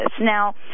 Now